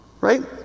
right